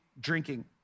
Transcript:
drinking